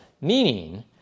Meaning